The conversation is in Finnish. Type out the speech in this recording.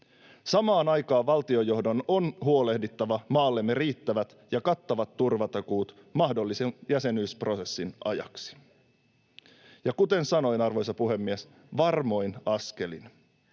Samaan aikaan valtiojohdon on huolehdittava maallemme riittävät ja kattavat turvatakuut mahdollisen jäsenyysprosessin ajaksi, ja kuten sanoin, arvoisa puhemies, varmoin askelin.